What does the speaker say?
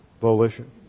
volition